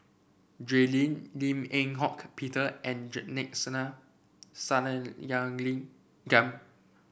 Jay Lim Lim Eng Hock Peter and Sathyalingam